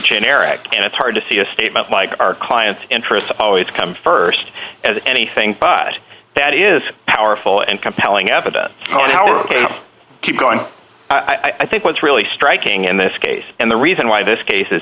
generic and it's hard to see a statement like our clients interests always come st as anything but that is powerful and compelling evidence on our ok keep going i think what's really striking in this case and the reason why this case is